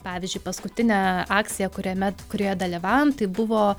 pavyzdžiui paskutinė akcija kuriame kurioje dalyvavom tai buvo